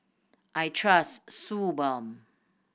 I trust Suu Balm